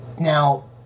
Now